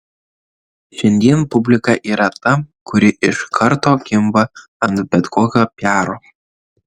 šiandien publika yra ta kuri iš karto kimba ant bet kokio piaro